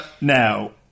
Now